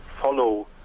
follow